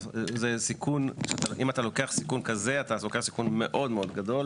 אתה לוקח סיכון מאוד גדול.